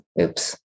Oops